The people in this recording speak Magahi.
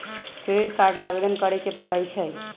क्रेडिट कार्ड ला आवेदन करे के परई छई